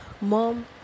Mom